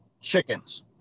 chickens